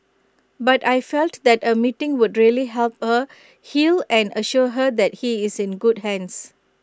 but I felt that A meeting would really help her heal and assure her that he's in good hands